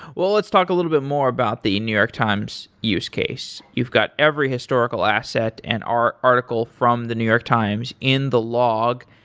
well let's talk a little bit more about the new york times use case. you've got every historical asset and article from the new york times in the log,